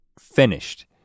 finished